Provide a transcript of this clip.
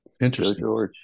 Interesting